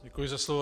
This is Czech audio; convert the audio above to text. Děkuji za slovo.